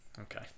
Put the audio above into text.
okay